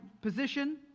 position